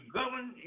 govern